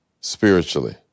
spiritually